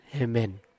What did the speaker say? Amen